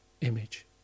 image